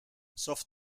sauf